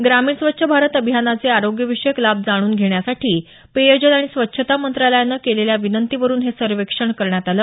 ग्रामीण स्वच्छ भारत अभियानाचे आरोग्यविषयक लाभ जाणून घेण्यासाठी पेयजल आणि स्वच्छता मंत्रालयानं केलेल्या विनंतीवरून हे सर्वेक्षण करण्यात आलं